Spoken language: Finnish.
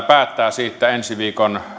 päättää omasta tiedonannostaan ensi viikon